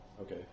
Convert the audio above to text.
Okay